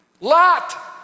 Lot